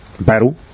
battle